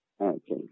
Okay